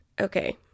okay